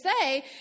say